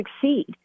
succeed